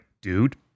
dude